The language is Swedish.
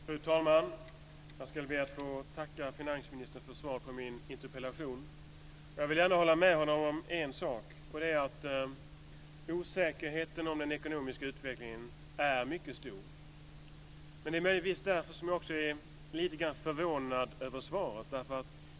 Fru talman! Jag ska be att få tacka finansministern för svaret på min interpellation. Jag vill gärna hålla med honom om en sak, och det är att osäkerheten om den ekonomiska utvecklingen är mycket stor. Det är möjligtvis därför som jag också är lite grann förvånad över svaret.